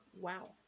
Wow